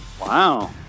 Wow